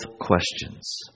questions